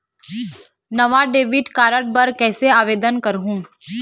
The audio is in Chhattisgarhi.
नावा डेबिट कार्ड बर कैसे आवेदन करहूं?